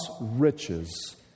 riches